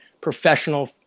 professional